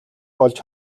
олж